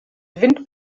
wind